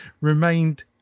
remained